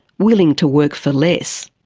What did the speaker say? willing to work for less.